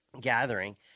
gathering